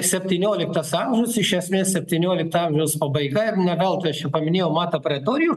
septynioliktas amžius iš esmės septyniolikto amžiaus pabaiga ir ne veltui aš čia paminėjau matą pretorijų